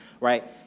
Right